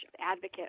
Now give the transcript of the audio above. advocate